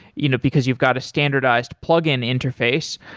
you know because you've got a standardized plug-in interface.